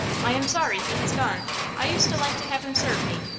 i am sorry he has gone i used to like to have him serve me.